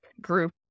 group